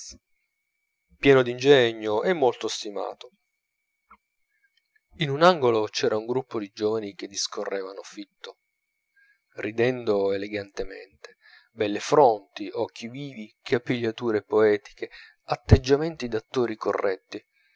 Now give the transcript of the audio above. presse pieno d'ingegno e molto stimato in un angolo c'era un gruppo di giovani che discorrevano fitto ridendo elegantemente belle fronti occhi vivi capigliature poetiche atteggiamenti d'attori corretti